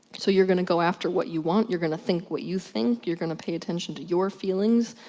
so you're gonna go after what you want, you're gonna think what you think, you're gonna pay attention to your feelings,